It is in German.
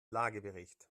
lagebericht